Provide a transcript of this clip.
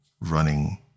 running